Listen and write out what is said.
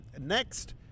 Next